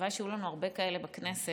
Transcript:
שהלוואי שהיו לנו הרבה כאלה בכנסת,